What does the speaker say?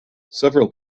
several